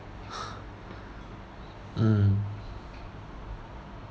mm